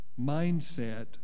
mindset